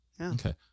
Okay